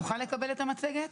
נוכל לקבל את המצגת?